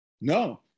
No